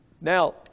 Now